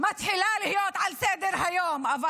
מתחילה להיות על סדר-היום בכל מצב חירום,